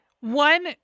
One